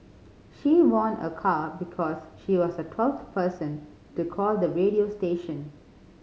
she won a car because she was the twelfth person to call the radio station